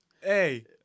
Hey